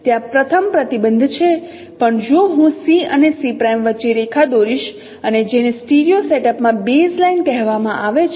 ત્યાં પ્રથમ પ્રતિબંધ છે પણ જો હું C અને C' વચ્ચે રેખા દોરીશ અને જેને સ્ટીરિયો સેટઅપ મા બેઝ લાઇન કહેવામાં આવે છે